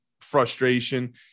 frustration